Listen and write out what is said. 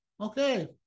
okay